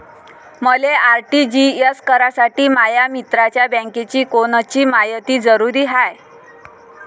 मले आर.टी.जी.एस करासाठी माया मित्राच्या बँकेची कोनची मायती जरुरी हाय?